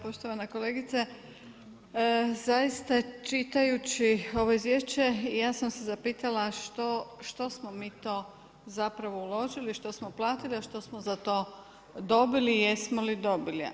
Poštovana kolegice, zaista čitajući ovo izvješće ja sam se zapitala što smo mi to zapravo uložili, što smo platili a što smo za to dobili i jesmo li dobili?